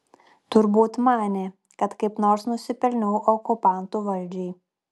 turbūt manė kad kaip nors nusipelniau okupantų valdžiai